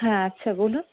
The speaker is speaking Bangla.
হ্যাঁ আচ্ছা বলুন